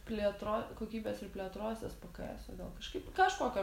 plėtro kokybės ir plėtros espėkėeso gal kažkaip kažkokio